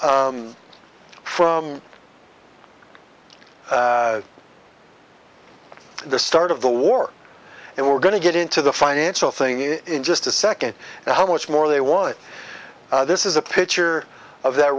from the start of the war and we're going to get into the financial thing in just a second and how much more they want this is a picture of that